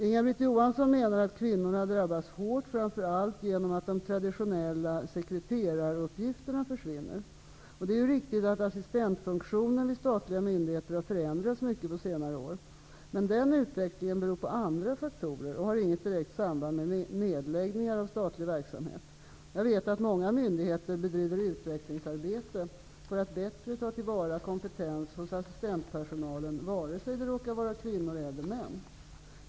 Inga-Britt Johansson menar att kvinnorna drabbas hårt framför allt genom att de traditionella sekreteraruppgifterna försvinner. Det är riktigt att assistentfunktionen vid statliga myndigheter har förändrats mycket på senare år. Men den utvecklingen beror på andra faktorer och har inget direkt samband med nedläggningar av statlig verksamhet. Jag vet att många myndigheter bedriver utvecklingsarbete för att bättre ta till vara kompetens hos assistentpersonalen, vare sig de råkar vara kvinnor eller män.